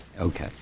Okay